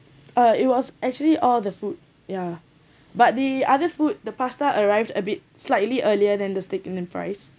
uh it was actually all the food yeah but the other food the pasta arrived a bit slightly earlier than the steak and the fries